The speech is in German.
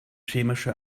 chemische